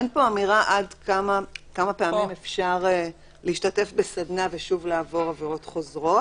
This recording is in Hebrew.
אין פה אמירה עד כמה פעמים אפשר להשתתף בסדנה ושוב לעבור עבירות חוזרות.